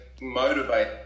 motivate